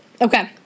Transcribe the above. Okay